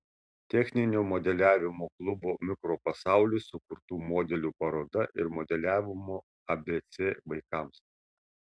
techninio modeliavimo klubo mikropasaulis sukurtų modelių paroda ir modeliavimo abc vaikams